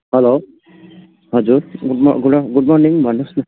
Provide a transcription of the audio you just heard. hello हजुर good म गु आ गुड मर्निङ भन्नुहोस् न